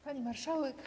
Pani Marszałek!